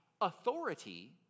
authority